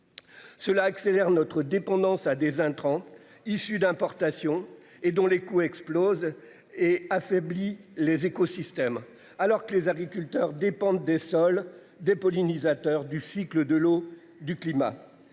Cela accélère notre dépendance à des intrants issu d'importation et dont les coûts explosent et affaibli les écosystèmes. Alors que les agriculteurs dépendent des sols des pollinisateurs du cycle de l'eau du climat.